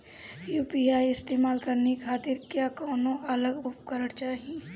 UPI इस्तेमाल करने खातिर क्या कौनो अलग उपकरण चाहीं?